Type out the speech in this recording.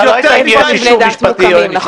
השאלה לא הייתה אם יש אישור משפטי או אין אישור משפטי.